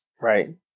Right